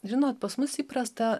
žinot pas mus įprasta